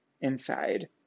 inside